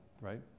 right